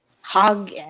hug